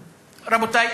רבותי,